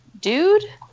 dude